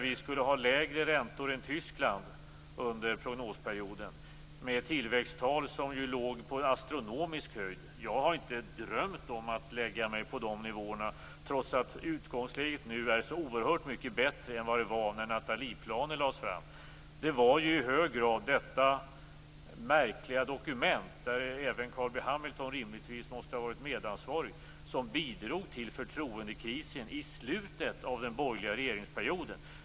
Vi skulle ha lägre räntor än Tyskland under prognosperioden med tillväxttal som låg på en astronomisk höjd. Jag har inte drömt om att lägga mig på de nivåerna, trots att utgångsläget nu är så oerhört mycket bättre än det var när Nathalieplanen lades fram. Det var i hög grad detta märkliga dokument, som även Carl B Hamilton rimligtvis måste ha varit medansvarig till, som bidrog till förtroendekrisen i slutet av den borgerliga regeringsperioden.